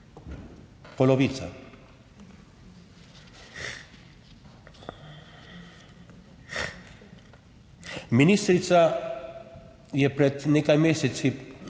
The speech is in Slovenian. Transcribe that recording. polovica. Ministrica je pred nekaj meseci